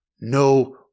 No